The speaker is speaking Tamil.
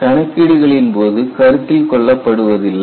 கணக்கீடுகளின் போது கருத்தில் கொள்ளப்படுவதில்லை